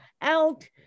out